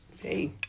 hey